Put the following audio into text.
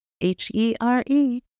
H-E-R-E